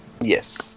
Yes